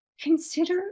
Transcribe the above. Consider